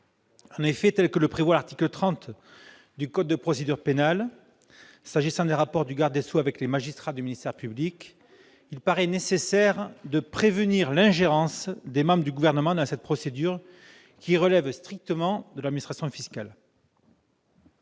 En effet, tel que le prévoit l'article 30 du code de procédure pénale s'agissant des rapports du garde des sceaux avec les magistrats du ministère public, il paraît nécessaire de prévenir l'ingérence des membres du Gouvernement dans cette procédure, qui relève strictement de l'administration fiscale.